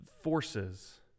forces